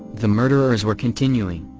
the murderers were continuing.